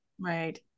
Right